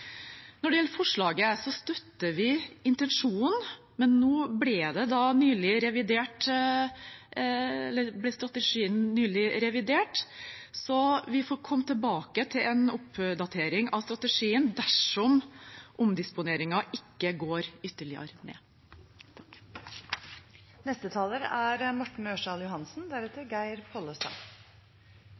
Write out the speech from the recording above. Når det gjelder forslaget, støtter vi intensjonen, men nå ble strategien nylig revidert, så vi får komme tilbake til en oppdatering av strategien dersom omdisponeringen ikke går ytterligere ned.